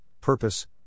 purpose